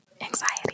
Anxiety